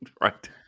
Right